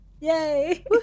Yay